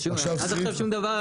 עד עכשיו שום דבר,